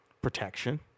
Protection